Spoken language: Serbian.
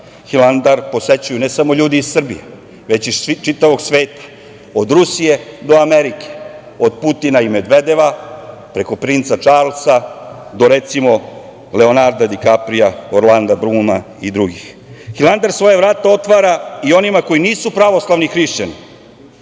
Hilandar posećuju ne samo ljudi iz Srbije, već iz čitavog sveta, od Rusije do Amerike, od Putina i Medvedeva, preko princa Čarlsa do, recimo, Leonarada Dikaprija, Orlanda Bluma i drugih. Hilandar svoja vrata otvara i onima koji nisu pravoslavni Hrišćani,